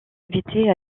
invités